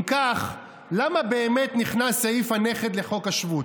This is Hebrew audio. אם כך, למה באמת נכנס סעיף הנכד לחוק השבות?